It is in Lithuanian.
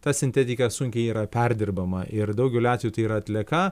ta sintetika sunkiai yra perdirbama ir daugeliu atvejų tai yra atlieka